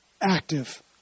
active